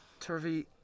Turvey